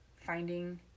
finding